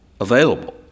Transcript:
available